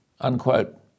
unquote